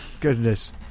goodness